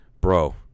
bro